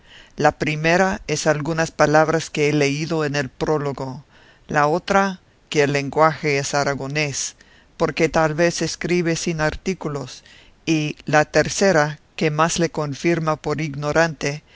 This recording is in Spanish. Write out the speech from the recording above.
la primera es algunas palabras que he leído en el prólogo la otra que el lenguaje es aragonés porque tal vez escribe sin artículos y la tercera que más le confirma por ignorante